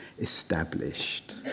established